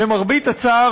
למרבה הצער,